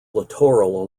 littoral